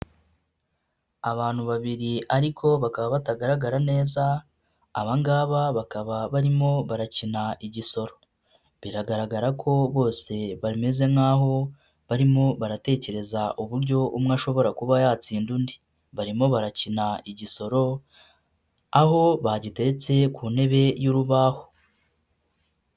Abantu babiri ariko bakaba batagaragara neza, aba ngaba bakaba barimo barakina igisoro, biragaragara ko bose bameze nk'aho barimo baratekereza uburyo umwe ashobora kuba yatsinda undi. Barimo barakina igisoro aho bagiteretse ku ntebe y'urubaho.